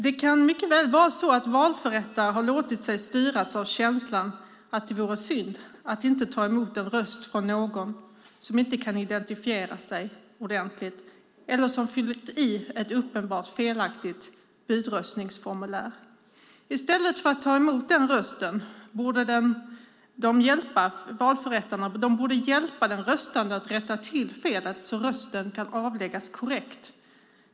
Det kan mycket väl vara så att valförrättare låtit sig styras av känslan att det vore synd att inte ta emot en röst från någon som inte kan identifiera sig ordentligt eller som fyllt i ett uppenbart felaktigt budröstningsformulär. I stället för att ta emot den rösten borde valförrättarna hjälpa den röstande att rätta till felet så att rösten kan avläggas korrekt.